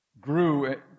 grew